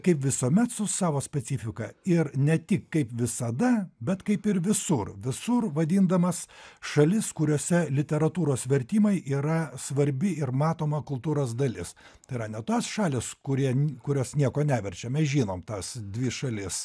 kaip visuomet su savo specifika ir ne tik kaip visada bet kaip ir visur visur vadindamas šalis kuriose literatūros vertimai yra svarbi ir matoma kultūros dalis tai yra ne tos šalys kurie kurios nieko neverčia mes žinom tas dvi šalis